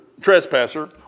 trespasser